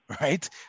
right